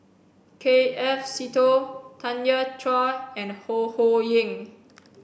K F Seetoh Tanya Chua and Ho Ho Ying